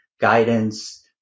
guidance